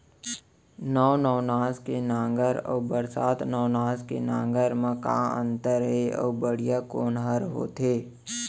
नौ नवनास के नांगर अऊ बरसात नवनास के नांगर मा का अन्तर हे अऊ बढ़िया कोन हर होथे?